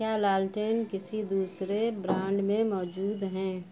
کیا لالٹین کسی دوسرے برانڈ میں موجود ہیں